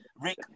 Rick